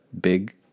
big